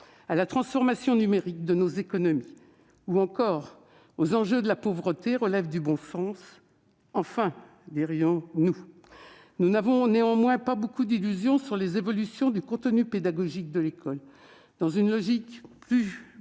à la transformation numérique de nos économies ou encore aux enjeux de la pauvreté relève du bon sens. « Enfin !», pourrions-nous dire. Nous n'avons néanmoins pas beaucoup d'illusions sur les évolutions du contenu pédagogique de l'École. Dans une logique néolibérale